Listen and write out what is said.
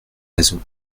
raisons